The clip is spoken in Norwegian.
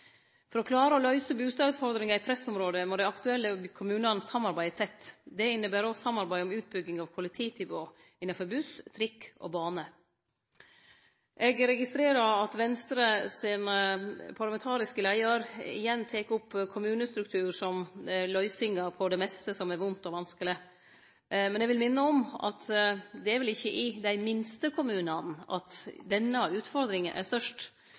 For å klare å løyse bustadutfordringar i pressområde må dei aktuelle kommunane samarbeide tett. Det inneber òg samarbeid om utbygging av kollektivtilbod innanfor buss, trikk og bane. Eg registrerer at Venstres parlamentariske leiar igjen tek opp kommunestruktur som løysinga på det meste som er vondt og vanskeleg. Eg vil minne om at det er vel ikkje i dei minste kommunane at denne utfordringa er størst.